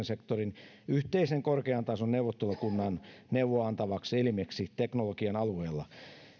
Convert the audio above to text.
sektorin yhteisen korkean tason neuvottelukunnan neuvoa antavaksi elimeksi teknologian alueella